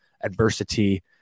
adversity